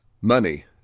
money